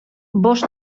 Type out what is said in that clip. bost